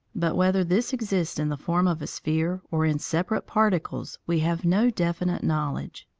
but whether this exists in the form of a sphere or in separate particles we have no definite knowledge.